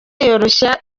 yoroshya